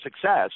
success